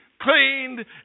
cleaned